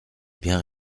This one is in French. bien